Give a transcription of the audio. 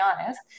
honest